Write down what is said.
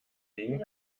fliegen